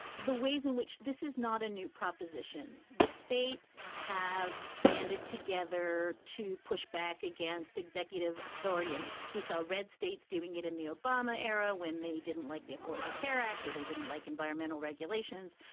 the ways in which this is not a new proposition. the states have banded together to push back against executive authority. i mean, we saw red states doing it in the obama era when they didn't like the affordable care act or they didn't like environmental regulations.